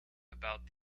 about